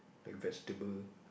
like vegetable